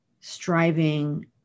striving